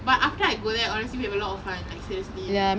but after I go there honestly we had a lot of fun like seriously